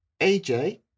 AJ